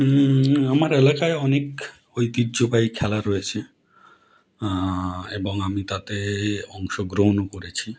আমার এলাকায় অনেক ঐতিহ্যবাহী খেলা রয়েছে এবং আমি তাতে অংশগ্রহণও করেছি